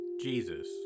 Jesus